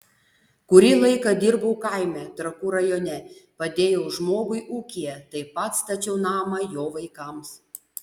kurį laiką dirbau kaime trakų rajone padėjau žmogui ūkyje taip pat stačiau namą jo vaikams